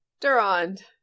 Durand